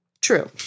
True